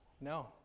No